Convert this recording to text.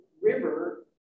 River